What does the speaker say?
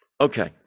Okay